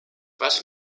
was